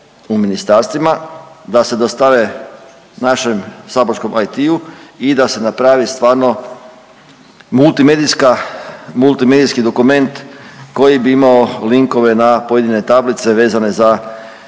u ministarstvima da se dostave našem saborskom ET-u i da se napravi stvarno multimedijski dokument koji bi imao linkove na pojedine tablice vezane za,